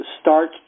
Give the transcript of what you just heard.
start